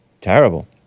Terrible